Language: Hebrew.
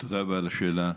תודה רבה על השאלה.